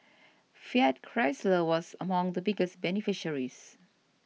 Fiat Chrysler was among the biggest beneficiaries